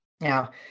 now